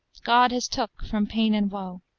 god has took from pain and woe.